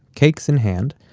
cakes in hand,